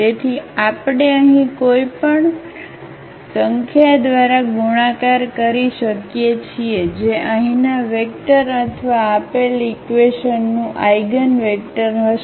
તેથી આપણે અહીં કોઈપણ સંખ્યા દ્વારા ગુણાકાર કરી શકીએ છીએ જે અહીંના વેક્ટર અથવા આપેલ ઈક્વેશનનું આઇગનવેક્ટર હશે